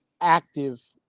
active